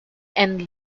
and